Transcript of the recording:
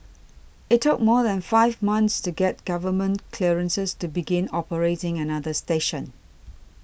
it took more than five months to get government clearances to begin operating another station